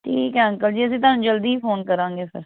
ਠੀਕ ਹੈ ਅੰਕਲ ਜੀ ਅਸੀਂ ਤੁਹਾਨੂੰ ਜਲਦੀ ਹੀ ਫ਼ੋਨ ਕਰਾਂਗੇ ਫਿਰ